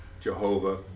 Jehovah